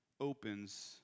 opens